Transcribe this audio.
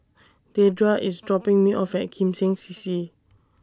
Dedra IS dropping Me off At Kim Seng C C